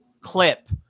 clip